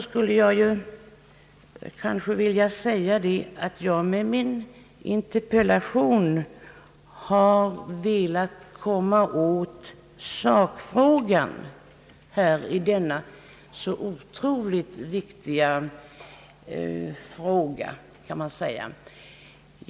Slutligen vill jag säga att jag med min interpellation har velat komma åt sakfrågan i denna så otroligt viktiga angelägenhet.